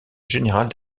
générale